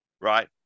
right